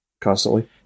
constantly